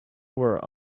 were